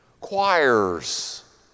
choirs